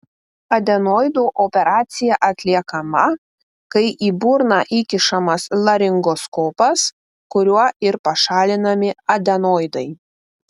adenoidų operacija atliekama kai į burną įkišamas laringoskopas kuriuo ir pašalinami adenoidai